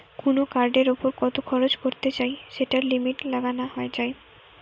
কুনো কার্ডের উপর কত খরচ করতে চাই সেটার লিমিট লাগানা যায়